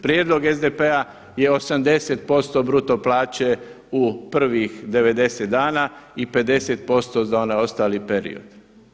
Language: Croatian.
Prijedlog SDP-a je 80% bruto plaće u prvih 90 dana i 50% za onaj ostali period.